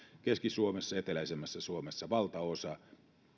keski suomessa ja eteläisemmässä suomessa valtaosa ja